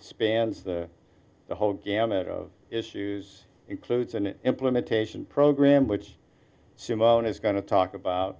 spans the whole gamut of issues includes an implementation program which simone is going to talk about